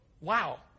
Wow